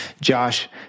josh